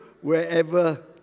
wherever